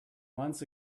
months